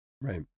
Right